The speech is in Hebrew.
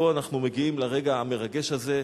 פה אנחנו מגיעים לרגע המרגש הזה,